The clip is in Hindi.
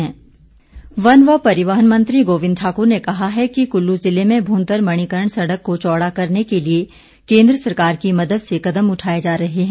समर फैस्टिवल वन व परिवहन मंत्री गोविंद ठाकुर ने कहा है कि कुल्लू जिले में भुंतर मणिकर्ण सड़क को चौड़ा करने के लिए केन्द्र सरकार की मदद से कदम उठाए जा रहे हैं